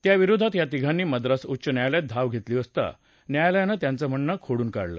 त्याविरोधात या तिघांनी मद्रास उच्च न्यायालयात धाव घेतली असता न्यायालयानं त्यांचं म्हणणं खोडून काढलं